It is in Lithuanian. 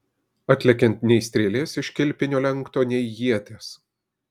atlekiant nei strėlės iš kilpinio lenkto nei ieties